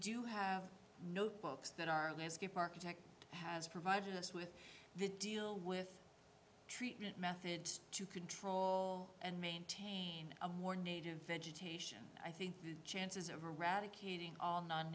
do have notebooks that our landscape architect has provided us with the deal with treatment method to control and maintain a more native vegetation i think the chances of eradicating all non